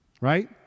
Right